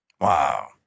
Wow